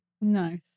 Nice